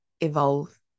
evolve